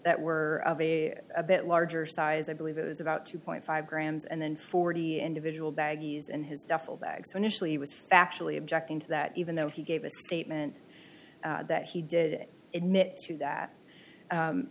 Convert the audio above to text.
that were of a a bit larger size i believe it was about two point five grams and then forty individual baggies in his duffel bag so initially he was actually objecting to that even though he gave a statement that he did admit to that